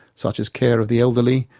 such as care of the elderly,